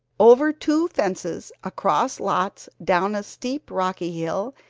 over two fences, across lots, down a steep, rocky hill,